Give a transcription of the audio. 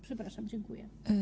Przepraszam, dziękuję.